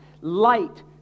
Light